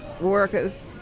workers